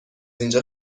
اینجا